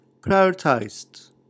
prioritized